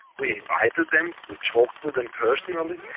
we invited them, we talked with them personally,